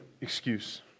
excuse